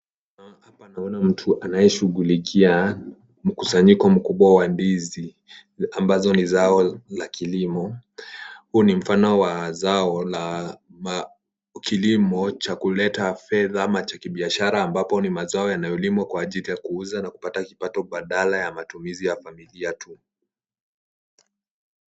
Hapa naona mtu anayeshugulikia mkusanyiko mkubwa wa ndizi ambazo ni zao za kilimo. Huu ni mfano wa zao la kilimo cha kuleta fedha ama cha kibishara ambapo ni mazao yanayolimwa kwa ajili ya kuuza na kupata kipato badala ya matumizi ya familia tu.